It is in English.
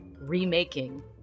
remaking